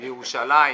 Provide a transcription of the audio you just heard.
בירושלים,